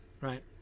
right